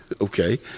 Okay